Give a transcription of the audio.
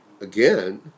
again